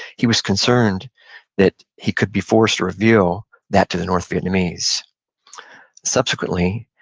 he was concerned that he could be forced to reveal that to the north vietnamese subsequently,